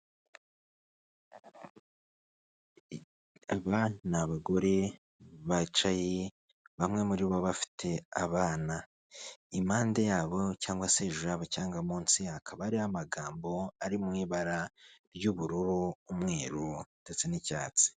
Aba ni abagore bicaye bamwe muri bo bafite abana impande yabo cyangwa se hejuru cyangwa munsi hakaba hariyo magambo ari mu ibara ry'ubururu, umweru ndetse n'icyatsi.